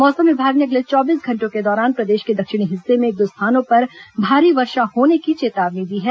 मौसम विभाग ने अगले चौबीस घंटों के दौरान प्रदेश के दक्षिणी हिस्से में एक दो स्थानों पर भारी वर्षा होने की चेतावनी दी है